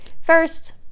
first